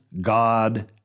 God